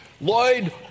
Lloyd